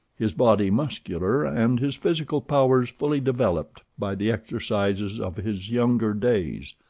his body muscular, and his physical powers fully developed by the exercises of his younger days.